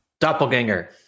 Doppelganger